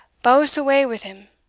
bowse away with him!